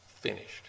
finished